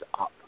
up